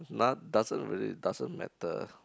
no~ doesn't really doesn't matter